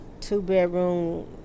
two-bedroom